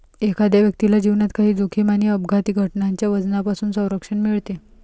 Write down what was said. एखाद्या व्यक्तीला जीवनात काही जोखीम आणि अपघाती घटनांच्या वजनापासून संरक्षण मिळते